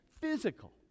physical